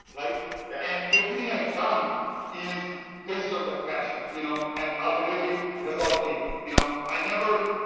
like yeah and everything i've done is based on that passion. you know and ultimately, result came. you know i never.